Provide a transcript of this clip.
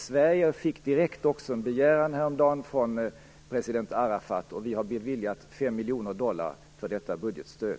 Sverige fick häromdagen en direkt begäran från president Arafat, och vi har beviljat 5 miljoner dollar för detta budgetstöd.